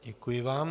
Děkuji vám.